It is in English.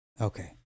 okay